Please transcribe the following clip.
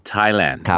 Thailand